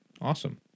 Awesome